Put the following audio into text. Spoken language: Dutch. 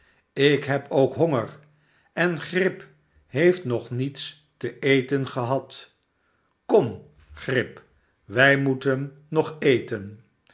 ik heb ook honger en grip heeft nog niets te eten gehad kom grip wij moeten nog eten